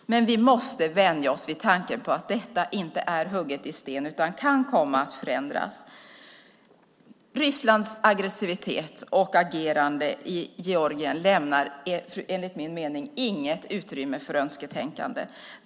Men vi måste vänja oss vid tanken på att detta inte är hugget i sten utan kan komma att förändras. Rysslands aggressivitet och agerande i Georgien lämnar enligt min mening inget utrymme för önsketänkande.